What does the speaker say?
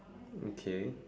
okay